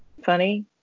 funny